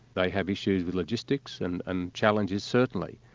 they have issues with logistics and and challenges certainly,